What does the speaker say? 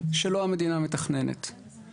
שלא המדינה היא זאת שמתכננת אותו.